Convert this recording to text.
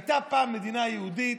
הייתה פעם מדינה יהודית.